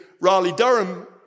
Raleigh-Durham